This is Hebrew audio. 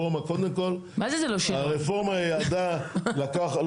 קודם כל הרפורמה ירדה --- מה זה זה לא שינוי?